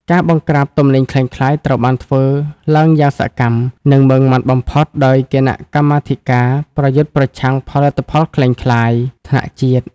ការបង្ក្រាបទំនិញក្លែងក្លាយត្រូវបានធ្វើឡើងយ៉ាងសកម្ម និងម៉ឺងម៉ាត់បំផុតដោយ "គណៈកម្មាធិការប្រយុទ្ធប្រឆាំងផលិតផលក្លែងក្លាយ" ថ្នាក់ជាតិ។